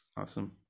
Awesome